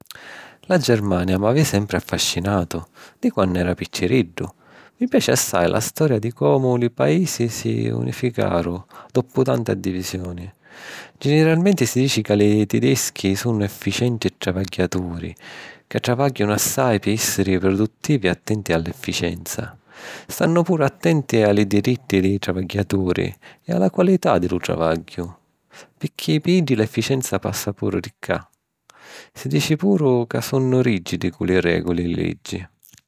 La Germania m'ha sempri affascinatu di quannu era picciriddu. Mi piaci assai la storia di comu li paisi si unificaru doppu tanta divisioni. Giniralmenti si dici ca li tidischi sunnu efficenti e travagghiaturi, ca travàgghianu assai pi èssiri produttivi e attenti a l'efficenza. Stannu puru attenti a li diritti di li travagghiaturi e a la qualità di lu travagghiu, picchì pi iddi l'efficenza passa puru di ca. Si dici puru ca sunnu rìgidi cu li règuli e li liggi.